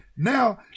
Now